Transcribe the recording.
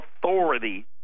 authority